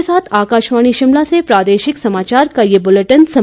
इसी के साथ आकाशवाणी शिमला से प्रादेशिक समाचार का ये बुलेटिन समाप्त हुआ